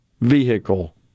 vehicle